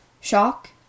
Shock